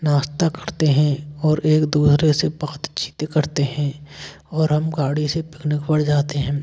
नाश्ता करते हैं और एक दूसरे से बातचीत करते हैं और हम गाड़ी से पिकनिक पर जाते हैं